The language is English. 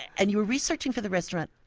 and you were researching for the restaurant.